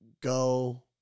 go